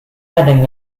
kadang